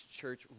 church